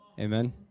Amen